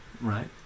right